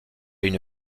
une